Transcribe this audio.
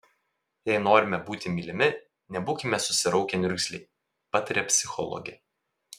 jei norime būti mylimi nebūkime susiraukę niurgzliai pataria psichologė